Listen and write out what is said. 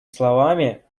словами